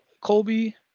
Colby